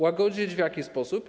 Łagodzić w jaki sposób?